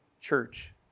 church